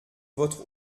votre